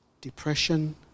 Depression